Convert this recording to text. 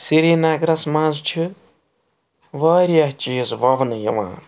سرینَگرَس منٛز چھِ واریاہ چیٖز وَونہٕ یِوان